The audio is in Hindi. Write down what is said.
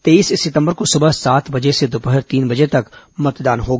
तेईस सितंबर को सुबह सात से दोपहर तीन बजे तक मतदान होगा